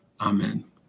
Amen